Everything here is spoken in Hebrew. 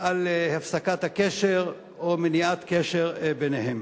הפסקת קשר או מניעת קשר ביניהם.